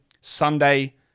Sunday